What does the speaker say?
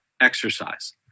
exercise